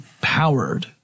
powered